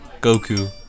Goku